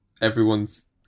everyone's